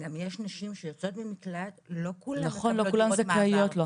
גם יש נשים שיוצאות ממקלט לא כולן מקבלות דירות מעבר.